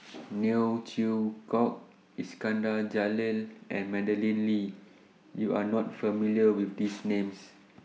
Neo Chwee Kok Iskandar Jalil and Madeleine Lee YOU Are not familiar with These Names